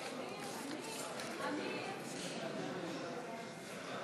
קבוצת סיעת המחנה